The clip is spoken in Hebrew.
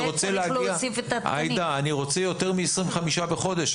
אני רוצה יותר מ-25 הערכות מסוכנות בחודש.